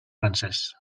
francès